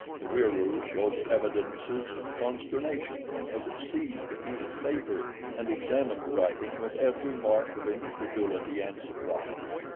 the wieroo showed evidences of consternation as it seized the piece of paper and examined the writing with every mark of incredulity and surprise.